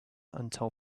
until